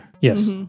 Yes